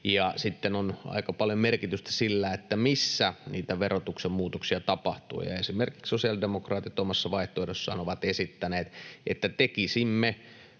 Sitten on aika paljon merkitystä sillä, missä niitä verotuksen muutoksia tapahtuu. Esimerkiksi sosiaalidemokraatit omassa vaihtoehdossaan ovat esittäneet, että tekisimme